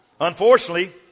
Unfortunately